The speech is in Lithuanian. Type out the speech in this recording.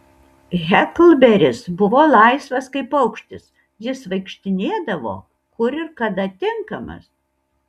heklberis buvo laisvas kaip paukštis jis vaikštinėdavo kur ir kada tinkamas